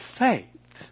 faith